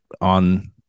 on